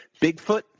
Bigfoot